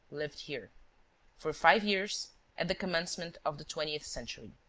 lived here for five years at the commencement of the twentieth century.